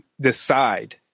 decide